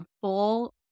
full